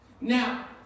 Now